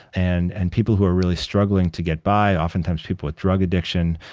and and people who are really struggling to get by, oftentimes, people with drug addiction,